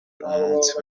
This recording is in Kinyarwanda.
umunsi